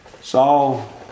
Saul